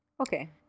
Okay